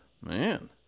Man